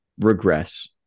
Regress